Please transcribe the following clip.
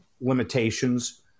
limitations